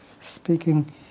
speaking